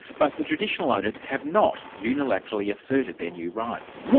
but the traditional owners have not unilaterally asserted their new rights.